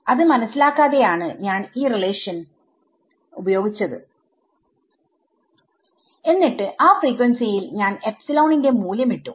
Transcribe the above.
അത് മനസ്സിലാക്കാതെയാണ് ഞാൻ ഈ റിലേഷൻ ഉപയോഗിച്ചത് എന്നിട്ട് ആ ഫ്രീക്വൻസി യിൽ ഞാൻ എപ്സിലോണിന്റെ മൂല്യം ഇട്ടു